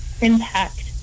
impact